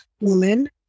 woman